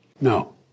No